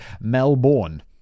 Melbourne